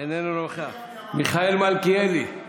איננו נוכח, מיכאל מלכיאלי.